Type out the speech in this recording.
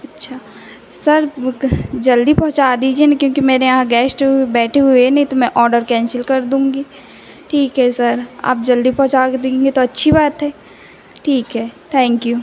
अच्छा सर वह जल्दी पहुँचा दीजिए ना क्योंकि मेरे यहाँ गेस्ट बैठे हुए हैं नहीं तो मैं ऑर्डर कैन्सिल कर दूँगी ठीक है सर आप जल्दी पहुँचाकर देंगे तो अच्छी बात है ठीक है थैन्क यू